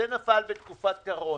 זה נפל בתקפות קורונה.